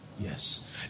Yes